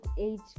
age